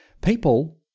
people